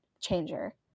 changer